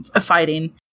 fighting